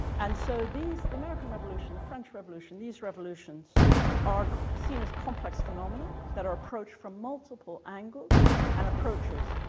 and so these the american revolution, the french revolution, these revolutions are seen as complex phenomena that are approached from multiple angles and approaches.